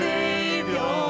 Savior